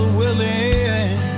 willing